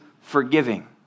forgiving